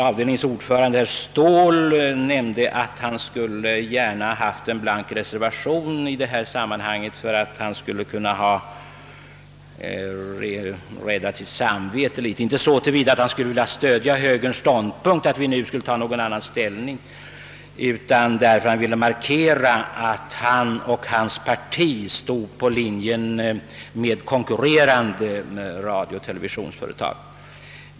Avdelningens ordförande, herr Ståhl, nämnde att han gärna skulle lämnat en blank reservation i detta sammanhang för att rädda sitt samvete något — inte så att han skulle vilja stödja högerns ståndpunkt att vi nu skulle ta någon annan ställning, utan därför att han ville markera att han och hans parti stod på linjen med konkurrerande radiooch televisionsföretag.